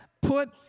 put